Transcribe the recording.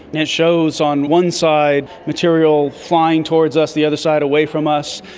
it shows on one side material flying towards us, the other side away from us,